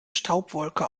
staubwolke